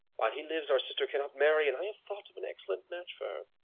while he lives, our sister cannot marry and i have thought of an excellent match for her.